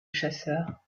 chasseur